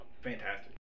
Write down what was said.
fantastic